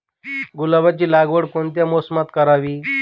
गुलाबाची लागवड कोणत्या मोसमात करावी?